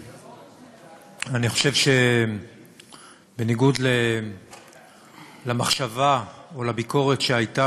אני חושב שבניגוד למחשבה או לביקורת שהייתה,